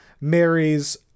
marries